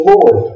Lord